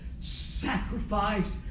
sacrifice